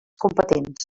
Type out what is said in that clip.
competents